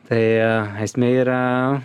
tai esmė yra